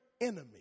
enemy